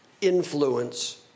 influence